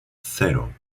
cero